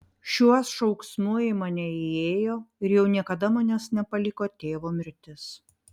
šiuo šauksmu į mane įėjo ir jau niekada manęs nepaliko tėvo mirtis